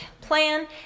plan